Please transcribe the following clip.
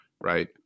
right